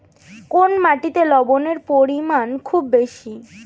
কোন মাটিতে লবণের পরিমাণ খুব বেশি?